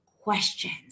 questions